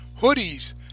hoodies